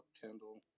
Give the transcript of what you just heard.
Kendall